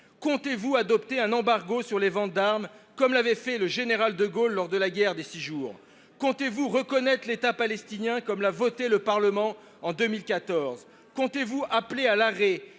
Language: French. Comptez vous adopter un embargo sur les ventes d’armes, comme l’avait fait le général de Gaulle lors de la guerre des Six Jours ? Comptez vous reconnaître l’État palestinien, comme le Parlement l’avait voté en 2014 ? Comptez vous appeler à l’arrêt